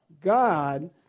God